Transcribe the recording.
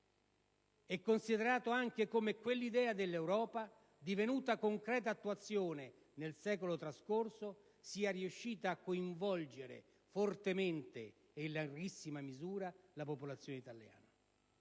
e considerato anche come quell'idea dell'Europa, divenuta concreta attuazione nel secolo trascorso, sia riuscita a coinvolgere fortemente e in larghissima misura la popolazione italiana.